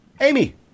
Amy